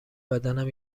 بدنم